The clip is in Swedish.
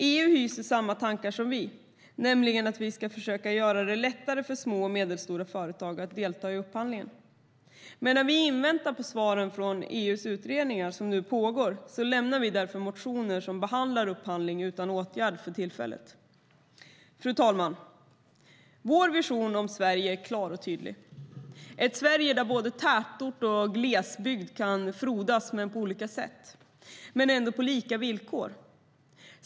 EU hyser samma tankar som vi, nämligen att vi ska försöka göra det lättare för små och medelstora företag att delta i upphandlingar. Medan vi inväntar svaren från de EU-utredningar som nu pågår lämnar vi motioner som behandlar upphandling utan åtgärd för tillfället. Fru talman! Vår vision för Sverige är klar och tydlig. Vi vill ha ett Sverige där både tätort och glesbygd kan frodas på olika sätt men ändå på lika villkor.